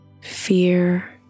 fear